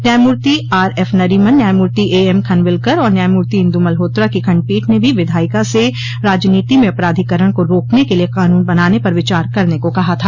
न्यायमूर्ति आरएफ नरीमन न्यायमूर्ति एएम खनविलकर और न्यायमूर्ति इंदु मल्होत्रा की खंडपीठ ने भो विधायिका से राजनीति में अपराधोकरण को रोकने के लिए कानून बनाने पर विचार करने को कहा था